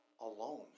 alone